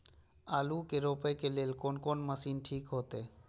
आलू के रोपे के लेल कोन कोन मशीन ठीक होते?